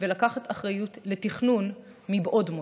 ולקבל אחריות לתכנון מבעוד מועד.